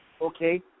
Okay